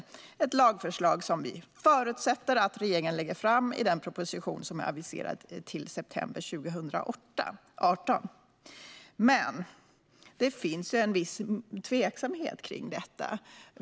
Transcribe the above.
Det är ett lagförslag som vi förutsätter att regeringen lägger fram i den proposition som är aviserad till september 2018. Men det finns en viss tveksamhet kring detta.